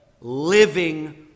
living